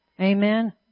Amen